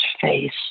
face